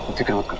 to kill